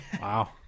Wow